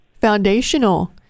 foundational